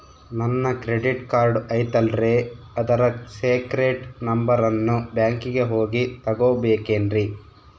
ನನ್ನ credit card ಐತಲ್ರೇ ಅದರ ಸೇಕ್ರೇಟ್ ನಂಬರನ್ನು ಬ್ಯಾಂಕಿಗೆ ಹೋಗಿ ತಗೋಬೇಕಿನ್ರಿ?